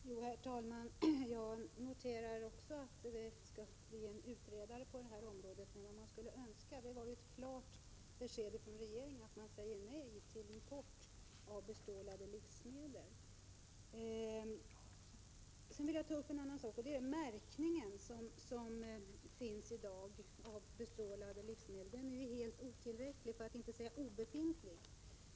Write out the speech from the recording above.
Herr talman! Jag noterar också att det skall tillsättas en utredare på detta område, men vad man skulle önska är ett klart besked från regeringen att man säger nej till import av bestrålade livsmedel. Jag vill ta upp en annan sak, och det är märkningen av bestrålade livsmedel. Den är i dag helt otillräcklig för att inte säga obefintlig.